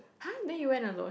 !huh! then you went alone